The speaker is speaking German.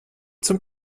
zum